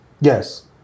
Yes